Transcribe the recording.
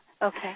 Okay